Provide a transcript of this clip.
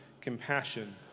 compassion